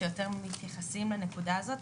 שיותר מתייחסים לנקודה הזאת,